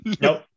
Nope